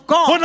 God